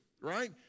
right